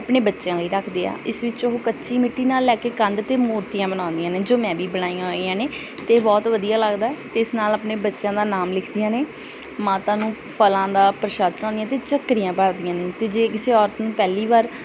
ਆਪਣੇ ਬੱਚਿਆਂ ਲਈ ਰੱਖਦੀਆਂ ਇਸ ਵਿੱਚ ਉਹ ਕੱਚੀ ਮਿੱਟੀ ਨਾਲ ਲੈ ਕੇ ਕੰਧ 'ਤੇ ਮੂਰਤੀਆਂ ਬਣਾਉਂਦੀਆਂ ਨੇ ਜੋ ਮੈਂ ਵੀ ਬਣਾਈਆਂ ਹੋਈਆਂ ਨੇ ਅਤੇ ਬਹੁਤ ਵਧੀਆ ਲੱਗਦਾ ਅਤੇ ਇਸ ਨਾਲ ਆਪਣੇ ਬੱਚਿਆਂ ਦਾ ਨਾਮ ਲਿਖਦੀਆਂ ਨੇ ਮਾਤਾ ਨੂੰ ਫਲਾਂ ਦਾ ਪ੍ਰਸ਼ਾਦ ਚੜ੍ਹਾਉਂਦੀਆਂ ਨੇ ਅਤੇ ਝੱਕਰੀਆਂ ਭਰਦੀਆਂ ਨੇ ਅਤੇ ਜੇ ਕਿਸੇ ਔਰਤ ਨੂੰ ਪਹਿਲੀ ਵਾਰ